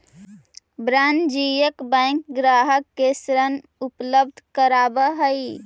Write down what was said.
वाणिज्यिक बैंक ग्राहक के ऋण उपलब्ध करावऽ हइ